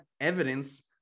evidence